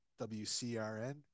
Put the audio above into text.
WCRN